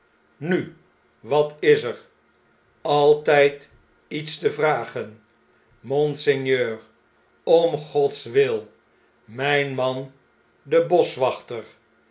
nu wat is er altjjd iets te vragen monseigneur om gods wil mijn man de